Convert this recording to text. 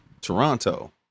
toronto